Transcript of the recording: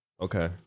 Okay